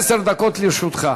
עשר דקות לרשותך.